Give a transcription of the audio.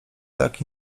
tak